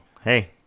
Hey